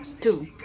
Two